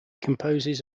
composes